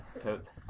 Toads